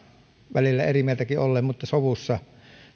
välillä eri mieltäkin ollen mutta sovussa